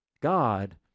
God